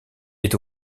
est